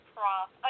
Prof